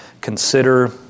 consider